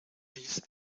these